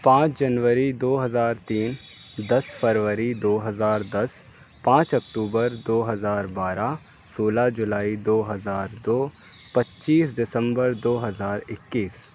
پانچ جنوری دو ہزار تین دس فروری دو ہزار دس پانچ اکتوبر دو ہزار بارہ سولہ جولائی دو ہزار دو پچیس دسمبر دو ہزار اکیس